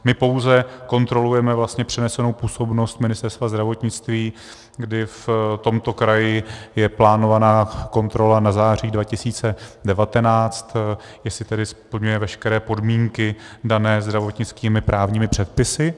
My pouze kontrolujeme vlastně přenesenou působnost Ministerstva zdravotnictví, kdy v tomto kraji je plánována kontrola na září 2019, jestli splňuje veškeré podmínky dané zdravotnickými právními předpisy.